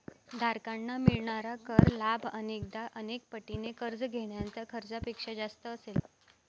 धारकांना मिळणारा कर लाभ अनेकदा अनेक पटीने कर्ज घेण्याच्या खर्चापेक्षा जास्त असेल